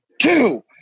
Two